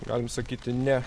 galim sakyti ne